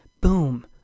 boom